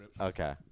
Okay